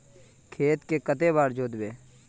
खेत के कते बार जोतबे?